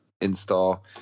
install